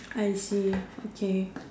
I see okay